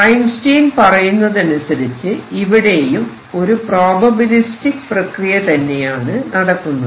Einstein പറയുന്നതനുസരിച്ച് ഇവിടെയും ഒരു പ്രോബബിലിസ്റ്റിക് പ്രക്രിയ തന്നെയാണ് നടക്കുന്നത്